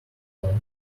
all